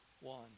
one